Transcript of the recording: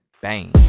Bang